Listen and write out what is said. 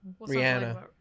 Rihanna